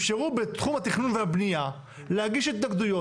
אפשרו בתחום התכנון והבנייה להגיש התנגדויות